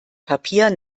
papier